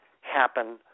happen